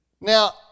Now